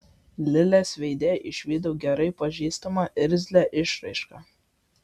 lilės veide išvydau gerai pažįstamą irzlią išraišką